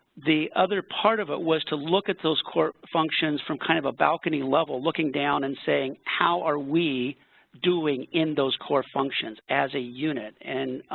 the other part of it was to look at those core functions from kind of a balcony level, looking down and saying, how are we doing in those core functions, as a unit? and